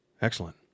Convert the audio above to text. Excellent